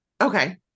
okay